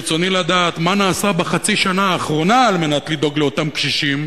ברצוני לדעת מה נעשה בחצי השנה האחרונה על מנת לדאוג לאותם קשישים,